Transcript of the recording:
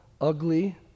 ugly